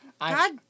God